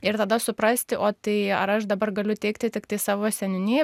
ir tada suprasti o tai ar aš dabar galiu teigti tiktai savo seniūniją